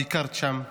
ואת ביקרת שם,